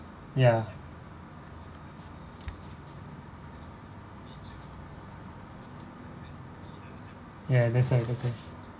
ya ya that's why that's why